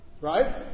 Right